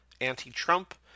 anti-Trump